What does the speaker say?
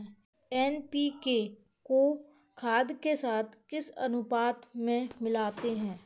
NPK को खाद के साथ किस अनुपात में मिलाते हैं?